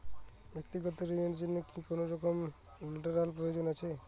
ব্যাক্তিগত ঋণ র জন্য কি কোনরকম লেটেরাল প্রয়োজন আছে?